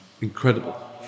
Incredible